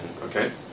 Okay